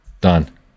Done